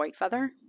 Whitefeather